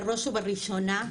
בראש ובראשונה,